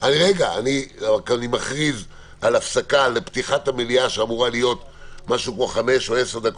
אני מכריז על הפסקה לפתיחת המליאה שאמורה להיות חמש או עשר דקות,